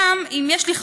גם אם יש לי,